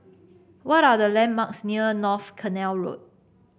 what are the landmarks near North Canal Road